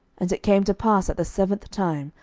and it came to pass at the seventh time,